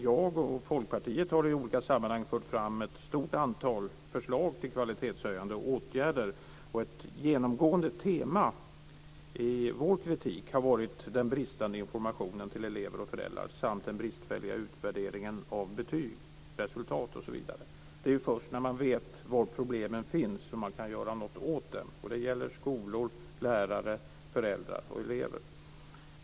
Jag och Folkpartiet har i olika sammanhang fört fram ett stort antal förslag till kvalitetshöjande åtgärder. Ett genomgående tema i vår kritik har varit den bristande informationen till elever och föräldrar samt den bristfälliga utvärderingen av betyg, resultat osv. Det är först när man vet var problemen finns som man kan göra någonting åt dem. Det gäller skolor, lärare, föräldrar och elever.